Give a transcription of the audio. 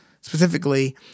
specifically